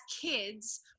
kids